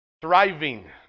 Thriving